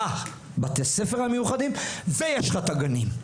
בתי ספר מיוחדים ויש לך את הגנים.